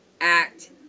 act